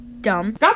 dumb